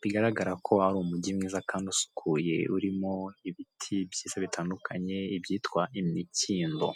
bigaragara ko ari umugi mwiza kandi usukuye urimo ibiti byiza bitandukanye, ibyitwa imikindo.